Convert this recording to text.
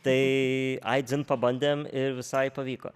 tai ai dzin pabandėm ir visai pavyko